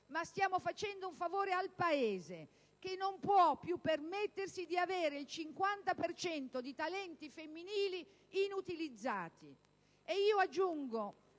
ma stiamo facendo un favore al Paese che non può più permettersi di avere il 50 per cento di talenti femminili inutilizzati».